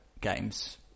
games